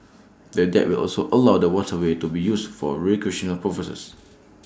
the deck will also allow the waterway to be used for recreational purposes